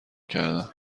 کردن